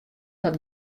hat